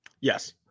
Yes